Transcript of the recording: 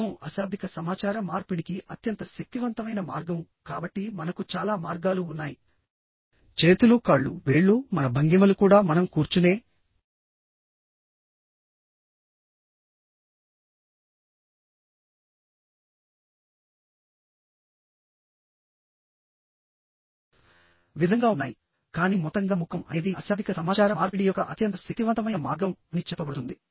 ముఖం అశాబ్దిక సమాచార మార్పిడికి అత్యంత శక్తివంతమైన మార్గం కాబట్టి మనకు చాలా మార్గాలు ఉన్నాయిచేతులుకాళ్లు వేళ్లు మన భంగిమలు కూడా మనం కూర్చునే విధంగా ఉన్నాయి కానీ మొత్తంగా ముఖం అనేది అశాబ్దిక సమాచార మార్పిడి యొక్క అత్యంత శక్తివంతమైన మార్గం అని చెప్పబడుతుంది